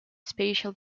spatial